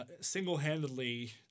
single-handedly